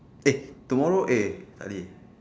eh tomorrow eh tak boleh